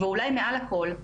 ואולי מעל לכל,